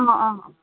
অঁ অঁ